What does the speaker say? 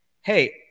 hey